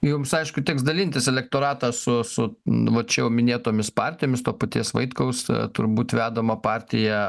jums aišku teks dalintis elektoratą su su va čia jau minėtomis partijomis to paties vaitkaus turbūt vedamą partiją